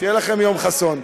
שיהיה לכם יום חסון.